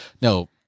No